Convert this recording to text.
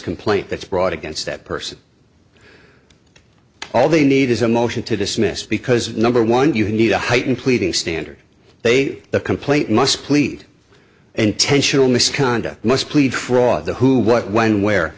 complaint that's brought against that person all they need is a motion to dismiss because number one you need a heightened pleading standard they the complaint must plead intentional misconduct must plead fraud the who what when where